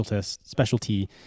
specialty